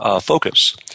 focus